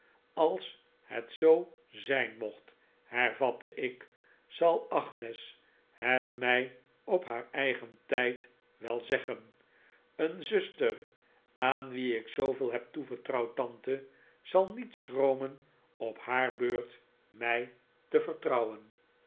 als het zoo zijn mocht hervatte ik zal agnes het mij op haar eigen tijd wel zeggen een zuster aan wie ik zooveel heb toevertrouwd tante zal niet schromen op haar beurt mij te vertrouwen